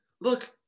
Look